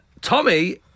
Tommy